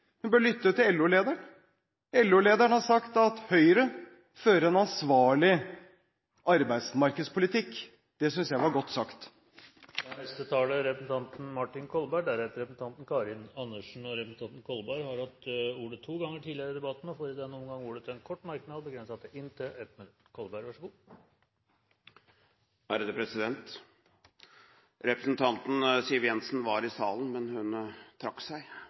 Hun bør lytte til LO-lederen. LO-lederen har sagt at Høyre fører en ansvarlig arbeidsmarkedspolitikk. Det synes jeg var godt sagt. Representanten Martin Kolberg har hatt ordet to ganger tidligere og får ordet til en kort merknad, begrenset til 1 minutt. Representanten Siv Jensen var i salen, men hun trakk seg – hun gikk ut igjen – representanten Solberg har hørt dette, men hun kom ikke inn og ville ikke delta i ordskiftet, representanten Syversen hadde sjansen i salen